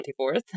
24th